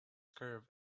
curve